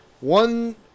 One